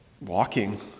walking